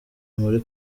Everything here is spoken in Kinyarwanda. muri